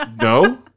no